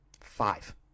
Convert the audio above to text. Five